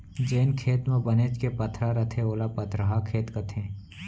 जेन खेत म बनेच के पथरा रथे ओला पथरहा खेत कथें